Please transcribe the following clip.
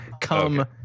come